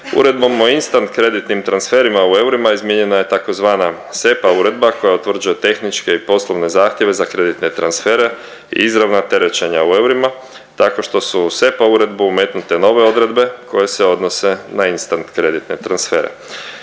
Uredbom o instant kreditnim transferima u eurima izmijenjena je tzv. SEPA uredba koja utvrđuje tehničke i poslovne zahtjeve za kreditne transfere i izravna terećenja u eurima tako što su u SEPA uredbu umetnute nove odredbe koje se odnose na instant kreditne transfere.